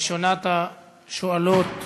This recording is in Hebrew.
ראשונת השואלות,